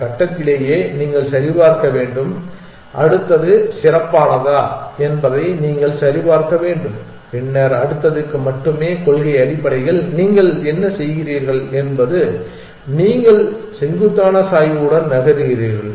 இந்த கட்டத்திலேயே நீங்கள் சரிபார்க்க வேண்டும் அடுத்தது சிறப்பானதா என்பதை நீங்கள் சரிபார்க்க வேண்டும் பின்னர் அடுத்ததுக்கு மட்டுமே கொள்கை அடிப்படையில் நீங்கள் என்ன செய்கிறீர்கள் என்பது நீங்கள் செங்குத்தான சாய்வுடன் நகர்கிறீர்கள்